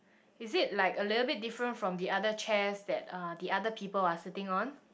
is it like a little bit different from the other chairs that uh the other people are sitting on